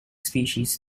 species